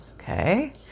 Okay